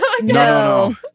No